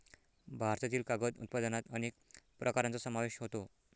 भारतातील कागद उत्पादनात अनेक प्रकारांचा समावेश होतो